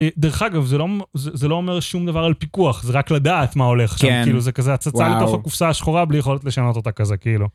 דרך אגב, זה לא אומר שום דבר על פיקוח, זה רק לדעת מה הולך שם. כאילו זה כזה הצצה לתוך הקופסא השחורה בלי יכולת לשנות אותה כזה, כאילו.